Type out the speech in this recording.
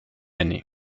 année